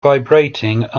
vibrating